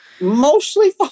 Mostly